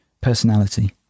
personality